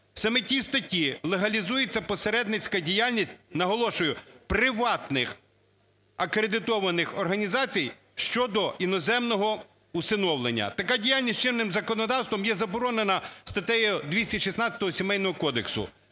Саме ті статті, легалізується посередницька діяльність, наголошую, приватних акредитованих організацій щодо іноземного усиновлення. Така діяльність чинним законодавством є заборонена статтею 216 Сімейного кодексу.